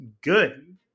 good